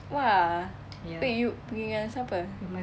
!wah! wait you pergi dengan siapa